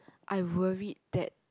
I worried that